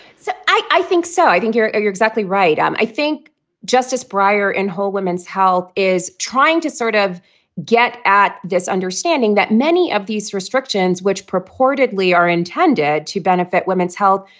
so i think so i think you're you're you're exactly right. um i think justice breyer and her women's health is trying to sort of get at this understanding that many of these restrictions, which purportedly are intended to benefit women's health,